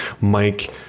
Mike